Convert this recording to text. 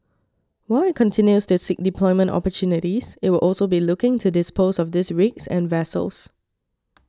while it continues to seek deployment opportunities it will also be looking to dispose of these rigs and vessels